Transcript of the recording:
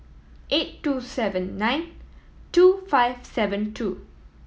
eight two seven nine two five seven two